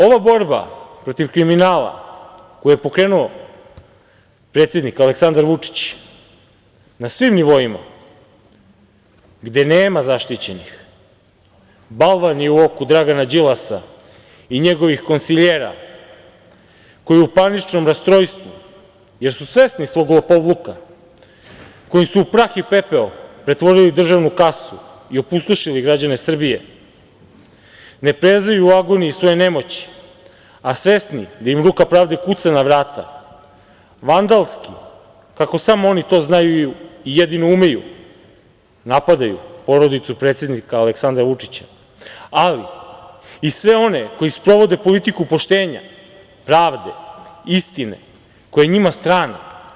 Ova borba protiv kriminala koju je pokrenuo predsednik Aleksandar Vučić na svim nivoima, gde nema zaštićenih, balvan je u oku Dragana Đilasa i njegovih konsiljera koji u paničnom rastrojstvu, jer su svesni svog lopovluka kojim su u prah i pepeo pretvorili državnu kasu i opustošili građane Srbije, ne prezaju u agoniji svoje nemoći, a svesni da im ruka pravde kuca na vrata, vandalski, kako samo oni to znaju i jedino umeju, napadaju porodicu predsednika Aleksandra Vučića, ali i sve one koji sprovode politiku poštenja, pravde, istine koja je njima strana.